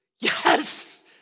yes